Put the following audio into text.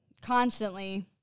constantly